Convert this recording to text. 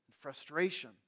frustration